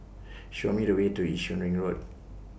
Show Me The Way to Yishun Ring Road